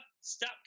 stop